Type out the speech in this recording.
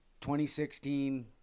2016